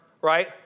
right